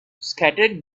scattered